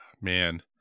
Man